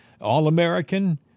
All-American